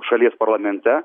šalies parlamente